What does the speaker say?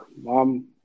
Mom